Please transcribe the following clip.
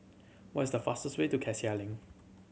what's the fastest way to Cassia Link